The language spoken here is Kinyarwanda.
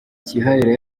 kihariye